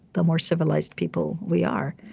the more civilized people we are.